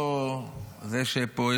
לא זה שפה,